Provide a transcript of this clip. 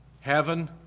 heaven